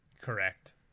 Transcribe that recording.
Correct